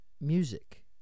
Music